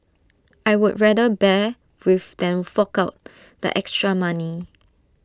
I would rather bear with than fork out the extra money